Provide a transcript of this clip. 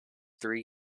three